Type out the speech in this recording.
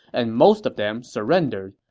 and most of them surrendered.